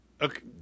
Okay